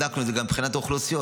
בדקנו את זה גם מבחינת אוכלוסיות,